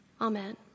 Amen